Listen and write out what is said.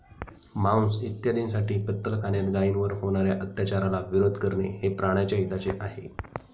मांस इत्यादींसाठी कत्तलखान्यात गायींवर होणार्या अत्याचाराला विरोध करणे हे प्राण्याच्या हिताचे आहे